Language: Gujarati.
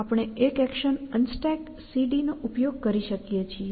આપણે એક એક્શન UnstackCD નો ઉપયોગ કરી શકીએ છીએ